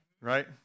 right